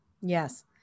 Yes